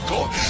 God